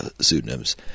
pseudonyms